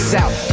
South